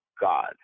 God